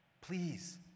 Please